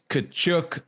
Kachuk